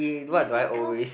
anything else